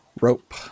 rope